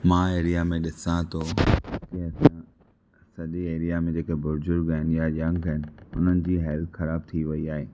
मां एरिया में ॾिसां थो असांजे एरिया में जेका बुज़ुर्ग आहिनि या यंग आहिनि हुननि जी हेल्थ ख़राब थी वेई आहे